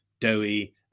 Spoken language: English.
doughy